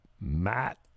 Matt